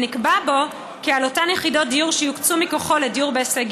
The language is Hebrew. ונקבע בו כי על אותן יחידות דיור שיוקצו מכוחו לדיור בהישג